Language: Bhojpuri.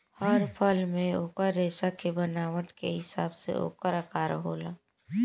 हर फल मे ओकर रेसा के बनावट के हिसाब से ओकर आकर होला